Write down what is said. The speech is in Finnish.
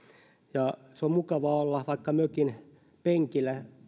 ja on mukava olla vaikka mökin penkillä